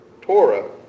Torah